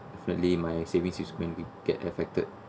flatly my savings is going to get affected